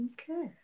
Okay